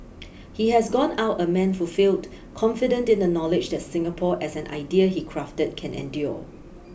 he has gone out a man fulfilled confident in the knowledge that Singapore as an idea he crafted can endure